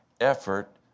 effort